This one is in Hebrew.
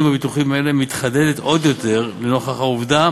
בביטוחים אלה מתחדדת עוד יותר נוכח העובדה